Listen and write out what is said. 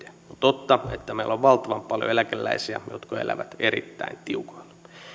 totta että meillä on valtavan paljon eläkeläisiä jotka elävät erittäin tiukoilla